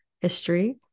history